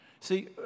See